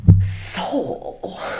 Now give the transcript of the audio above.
soul